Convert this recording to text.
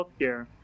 healthcare